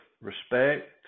respect